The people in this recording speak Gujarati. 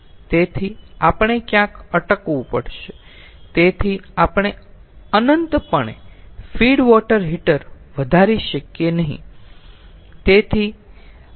તેથી આપણે ક્યાંક અટકવું પડશે તેથી આપણે અનંત પણે ફીડ વોટર હીટર વધારી શકીએ નહીં